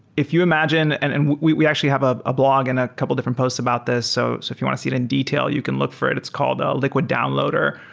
if you imagine and and we we actually have ah a blog and a couple different posts about this, so if you want to see it in detail you can look for it. it's called ah liquid downloader.